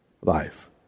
life